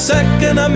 Second